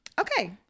Okay